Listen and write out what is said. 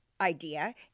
idea